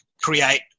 create